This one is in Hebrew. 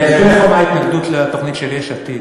אני אסביר לך מה ההתנגדות לתוכנית של יש עתיד.